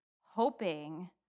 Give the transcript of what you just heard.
hoping